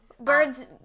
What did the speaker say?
Birds